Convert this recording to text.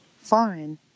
foreign